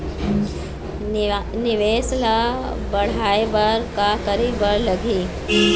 निवेश ला बड़हाए बर का करे बर लगही?